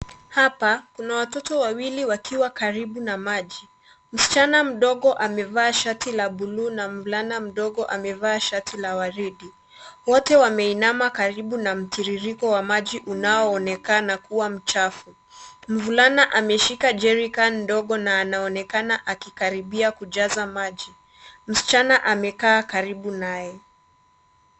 Hapa kuna watoto wawili wakiwa karibu na maji. Msichana mdogo amevaa shati la buluu na mvulana mdogo amevaa shati la waridi. Wote wameinama karibu na mtiririko wa maji unaoonekana kuwa mchafu. Mvulana ameshika jerrycan ndogo na anaonekana akikaribia kujaza maji. Msichana amekaa karibu naye.